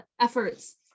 efforts